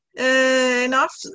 enough